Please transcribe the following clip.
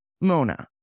Mona